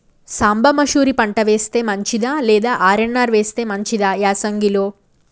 సాంబ మషూరి పంట వేస్తే మంచిదా లేదా ఆర్.ఎన్.ఆర్ వేస్తే మంచిదా యాసంగి లో?